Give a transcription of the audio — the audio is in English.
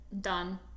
done